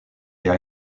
des